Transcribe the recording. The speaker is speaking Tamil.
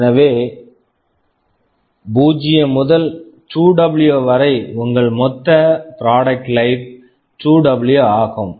எனவே 0 முதல் 2டபுள்யூ 2W வரை உங்கள் மொத்த ப்ராடக்ட் லைப் product life 2டபுள்யூ ஆகும்